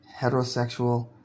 heterosexual